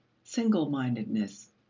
single-mindedness,